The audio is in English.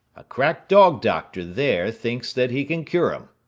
a crack dog-doctor there thinks that he can cure m.